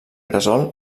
gresol